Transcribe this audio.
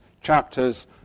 chapters